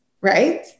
right